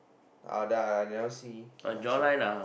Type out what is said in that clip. uh that I I never see never see